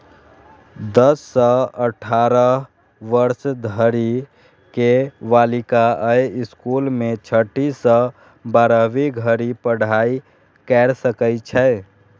दस सं अठारह वर्ष धरि के बालिका अय स्कूल मे छठी सं बारहवीं धरि पढ़ाइ कैर सकै छै